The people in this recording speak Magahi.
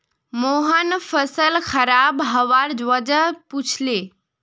मोहन फसल खराब हबार वजह पुछले